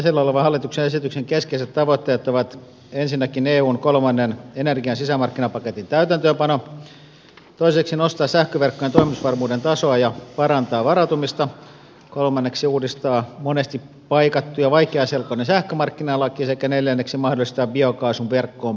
käsillä olevan hallituksen esityksen keskeiset tavoitteet ovat ensinnäkin eun kolmannen energian sisämarkkinapaketin täytäntöönpano toiseksi nostaa sähköverkkojen toimitusvarmuuden tasoa ja parantaa varautumista kolmanneksi uudistaa monesti paikattu ja vaikeaselkoinen sähkömarkkinalaki sekä neljänneksi mahdollistaa biokaasun verkkoon pääsy maakaasuverkoissa